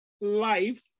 life